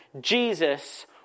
Jesus